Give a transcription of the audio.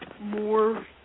more